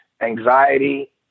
anxiety